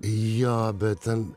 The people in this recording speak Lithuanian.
jo bet ten